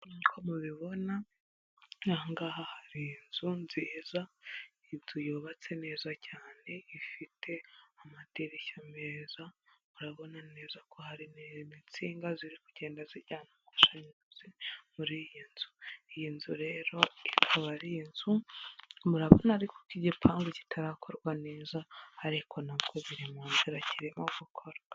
Nkuko mubibona, aha ngaha hari inzu nziza, inzu yubatse neza cyane ifite amadirishya meza, murabona neza ko harimo n'insinga ziri kugenda zijyana amashanyarazi muri iyi nzu. Iyi nzu rero ikaba ari inzu, murabona ariko ko igipangu kitarakorwa neza, ariko nabwo biri mu nzira kirimo gukorwa.